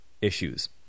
issues